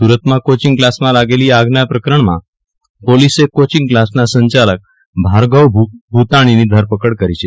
સુરતમાં કોચિંગ ક્લાસમાં લાગેલી આગના પ્રકરણમાં પોલીસે કોચિંગ ક્લાસના સંચાલક ભાર્ગવ ભુતાણીની ધરપકડ કરી છે